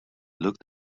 looked